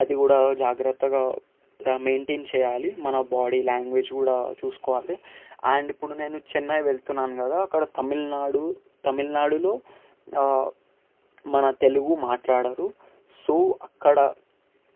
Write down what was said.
అది కూడా జాగ్రత్తగా మెయింటెన్ చేయాలి మన బాడీ లాంగ్వేజ్ కూడా చూసుకోవాలి అండ్ ఇప్పుడు నేను చెన్నై వెళ్తున్నాను కదా అక్కడ తమిళనాడు తమిళనాడులో మన తెలుగు మాట్లాడరు సో అక్కడ